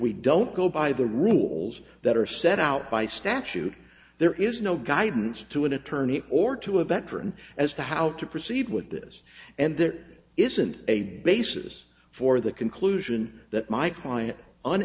we don't go by the rules that are set out by statute there is no guidance to an attorney or to a veteran as to how to proceed with this and there isn't a basis for the conclusion that my client